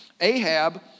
Ahab